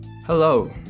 Hello